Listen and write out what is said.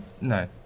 no